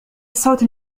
الصوت